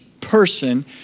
person